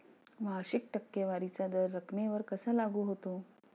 वार्षिक टक्केवारीचा दर रकमेवर कसा लागू होतो?